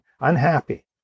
unhappy